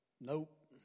nope